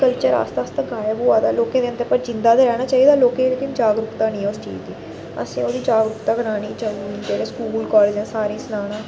culture आस्तै आस्तै गायब होआ दा लोकें दे अंदर पर जींदा ते रैह्ना चाहिदा लोकें गी लग्गै जागरुकता नी अस चीज़ दी असें ओह्दी जागरुकता करानी चाहिदी स्कूल कालेज सारें गी सनाना